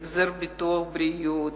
החזר ביטוח בריאות,